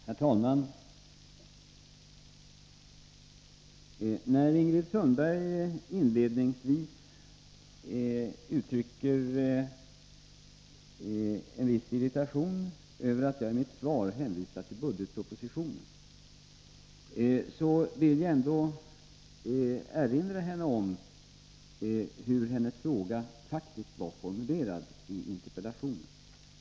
Herr talman! Då Ingrid Sundberg inledningsvis uttryckte en viss irritation över att jag i mitt svar hänvisade till budgetpropositionen, vill jag erinra henne om hur hennes fråga faktiskt var formulerad i interpellationen.